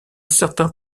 certain